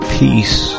peace